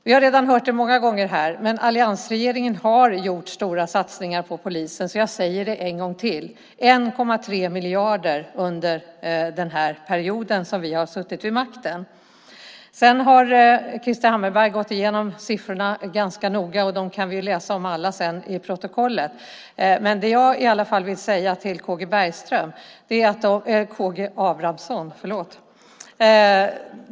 Vi har redan hört det många gånger här, men alliansregeringen har gjort stora satsningar på polisen, så jag säger det en gång till: Vi har satsat 1,3 miljard under den period som vi har suttit vid makten. Krister Hammarbergh har gått igenom siffrorna ganska noga, och vi kan alla läsa om dem i protokollet sedan. Men jag har något att säga till Karl Gustav Abramsson.